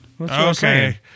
Okay